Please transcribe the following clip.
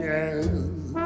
Yes